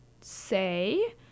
say